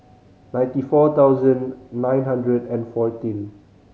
ninety four thousand nine hundred and fourteen